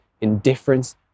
indifference